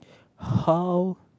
how